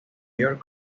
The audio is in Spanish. york